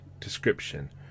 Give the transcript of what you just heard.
description